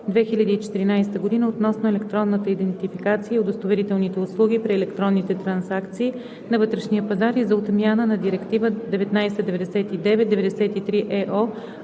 2014 г. относно електронната идентификация и удостоверителните услуги при електронни трансакции на вътрешния пазар и за отмяна на Директива 1999/93/ЕО